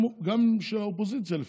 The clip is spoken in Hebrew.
גם של האופוזיציה,